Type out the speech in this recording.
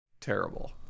terrible